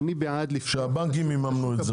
אני בעד שהבנקים יממנו את זה.